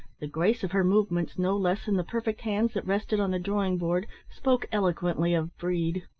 the grace of her movements, no less than the perfect hands that rested on the drawing board, spoke eloquently of breed.